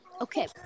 okay